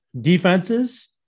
defenses